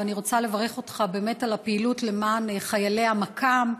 ואני רוצה לברך אותך באמת על הפעילות למען חיילי המקא"ם,